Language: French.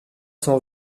cent